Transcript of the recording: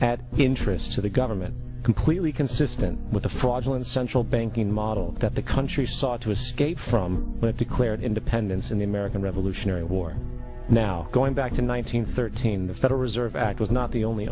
at interest to the government completely consistent with a fraudulent central banking model that the country sought to escape from declared independence in the american revolutionary war now going back to the one nine hundred thirteen the federal reserve act was not the only